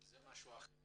זה משהו אחר.